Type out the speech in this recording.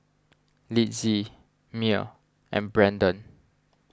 Litzy Myer and Brendon